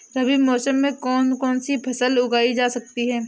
रबी मौसम में कौन कौनसी फसल उगाई जा सकती है?